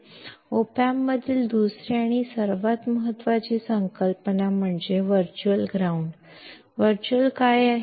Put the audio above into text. Op amp मधील दुसरी आणि सर्वात महत्वाची संकल्पना म्हणजे वर्चुअल ग्राउंड वर्चुअल काय आहे